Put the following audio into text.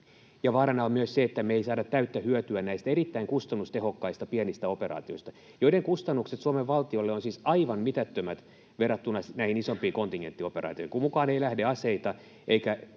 vaarana on myös se, että me ei saada täyttä hyötyä näistä erittäin kustannustehokkaista pienistä operaatioista, joiden kustannukset Suomen valtiolle ovat siis aivan mitättömät verrattuna näihin isompiin kontingenttioperaatioihin, kun mukaan ei lähde aseita eikä materiaalia